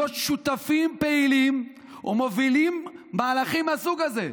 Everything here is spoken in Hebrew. שותפים פעילים ומובילים מהלכים מהסוג הזה.